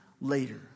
later